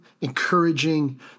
encouraging